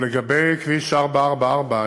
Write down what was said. לגבי כביש 444,